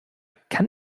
kann